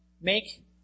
make